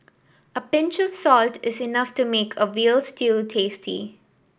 a pinch of salt is enough to make a veal stew tasty